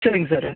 சரிங்க சார்